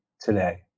today